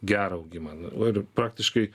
gerą augimą nu ir praktiškai